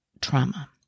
trauma